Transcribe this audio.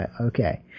Okay